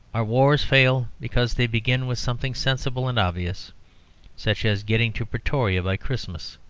our wars fail, because they begin with something sensible and obvious such as getting to pretoria by christmas.